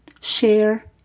share